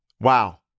Wow